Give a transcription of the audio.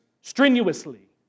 strenuously